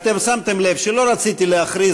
ואתם שמתם לב שלא רציתי להכריז,